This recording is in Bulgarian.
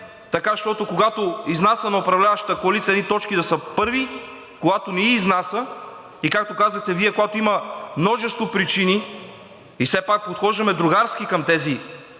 така щото, когато и изнася на управляващата коалиция едни точки да са първи, когато не ѝ изнася, и както казахте Вие, когато има множество причини, и все пак подхождаме другарски към тези